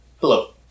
hello